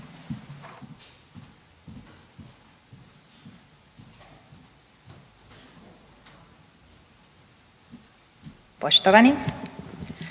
Poštovani